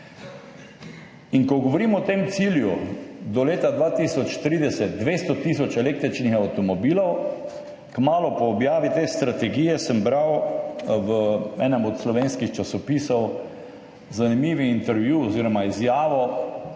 Ko govorimo o tem cilju do leta 2030, 200 tisoč električnih avtomobilov, kmalu po objavi te strategije sem bral v enem od slovenskih časopisov zanimiv intervju oziroma izjavo